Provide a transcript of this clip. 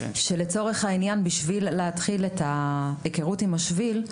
בשביל להתחיל את ההיכרות עם השביל,